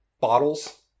bottles